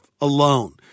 alone